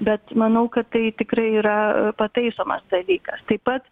bet manau kad tai tikrai yra pataisomas dalykas taip pat